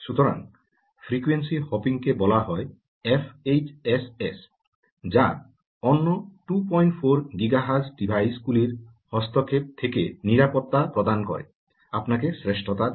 সুতরাং frequency hopping কে বলা হয় এফএইচএসএস যা অন্য 24 গিগা হার্টজ ডিভাইস গুলির হস্তক্ষেপ থেকে নিরাপত্তা প্রদান করে আপনাকে শ্রেষ্ঠতা দেয়